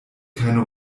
keine